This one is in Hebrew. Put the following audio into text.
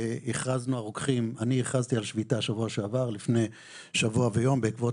אני הכרזתי על שביתה לפני שבוע ויום בעקבות